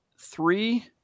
three